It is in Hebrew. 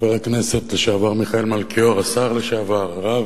חבר הכנסת לשעבר מיכאל מלכיאור, השר לשעבר, הרב,